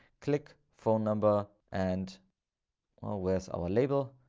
click phone number. and with our label,